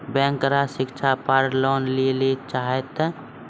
Bank ग्राहक शिक्षा पार लोन लियेल चाहे ते?